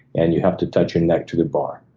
and you have to touch your neck to the bar.